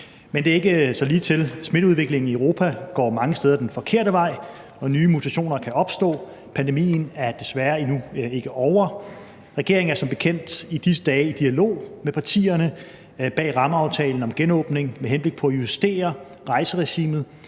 Men det er ikke så ligetil, for smitteudviklingen i Europa går mange steder den forkerte vej, og nye mutationer kan opstå. Pandemien er desværre endnu ikke ovre. Regeringen er som bekendt i disse dage i dialog med partierne bag rammeaftalen om genåbning med henblik på at justere rejseregimet,